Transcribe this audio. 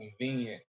convenient